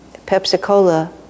Pepsi-Cola